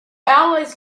allies